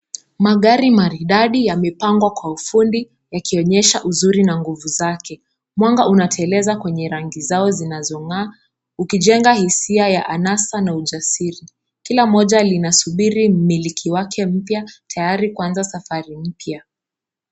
Magari maridadi yamepangwa kwa ufundi yakionyesha uzuri na nguvu zake. Mwanga unateleza kwenye rangi zao zinazong'aa ukijenga hisia ya anasa na ujasiri. Kila moja linasubiri mmiliki wake mpya tayari kuanza safari mpya.